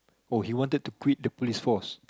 oh he wanted to quit the Police Force